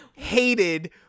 Hated